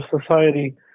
society